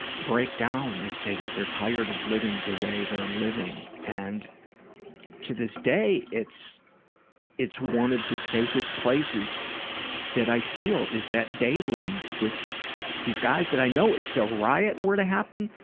break down and say that they're tired of living the way they're living and to this day it's it's one of the safest places that i feel is that day room with these guys that i know if the riot were to happen,